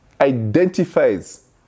identifies